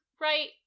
right